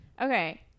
Okay